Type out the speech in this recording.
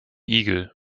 igel